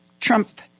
Trump